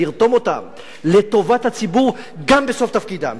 לרתום אותם לטובת הציבור גם בסוף תפקידם.